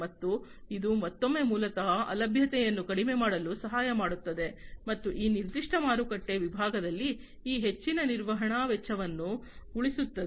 ಮತ್ತು ಇದು ಮತ್ತೊಮ್ಮೆ ಮೂಲತಃ ಅಲಭ್ಯತೆಯನ್ನು ಕಡಿಮೆ ಮಾಡಲು ಸಹಾಯ ಮಾಡುತ್ತದೆ ಮತ್ತು ಈ ನಿರ್ದಿಷ್ಟ ಮಾರುಕಟ್ಟೆ ವಿಭಾಗದಲ್ಲಿ ಈ ಹೆಚ್ಚಿನ ನಿರ್ವಹಣಾ ವೆಚ್ಚವನ್ನು ಉಳಿಸುತ್ತದೆ